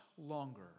longer